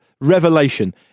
revelation